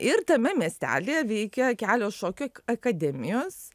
ir tame miestelyje veikia kelios šokio akademijos